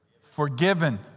Forgiven